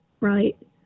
right